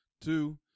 Two